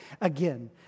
again